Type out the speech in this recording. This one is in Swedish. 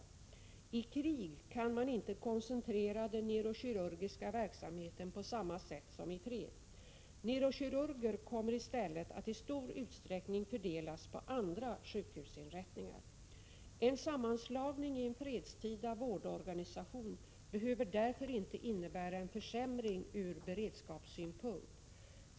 I krig kan man inte koncentrera den neurokirurgiska verksamheten på samma sätt som i fred. Neurokirurger kommer i stället att i stor utsträckning fördelas på andra sjukhusinrättningar. En sammanslagning i en fredstida vårdorganisation behöver därför inte innebära en försämring ur beredskapssynpunkt.